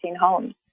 homes